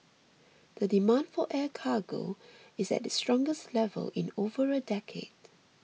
the demand for air cargo is at its strongest level in over a decade